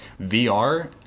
VR